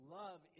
love